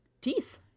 teeth